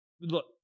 look